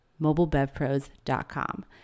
mobilebevpros.com